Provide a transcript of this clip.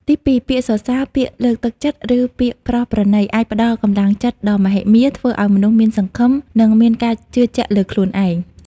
ទីពីរ ពាក្យសរសើរ ពាក្យលើកទឹកចិត្ត ឬ ពាក្យប្រោសប្រណី អាចផ្ដល់កម្លាំងចិត្តដ៏មហិមា ធ្វើឱ្យមនុស្សមានសង្ឃឹម និងមានការជឿជាក់លើខ្លួនឯង។